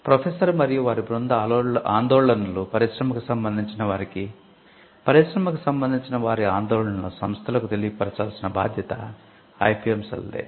professor మరియు వారి బృందం ఆందోళనలు పరిశ్రమకు సంబంధించిన వారికి పరిశ్రమకు సంబంధిన వారి ఆందోళనలు సంస్థలకు తెలియపరచాల్సిన బాధ్యత ఐపిఎం సెల్దే